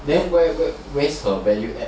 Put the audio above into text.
then where's her value add